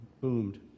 boomed